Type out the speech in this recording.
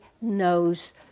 knows